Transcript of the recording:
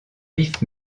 vif